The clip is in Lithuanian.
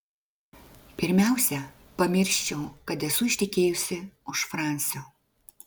pirmiausia pamirščiau kad esu ištekėjusi už fransio